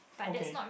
okay